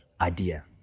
idea